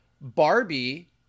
Barbie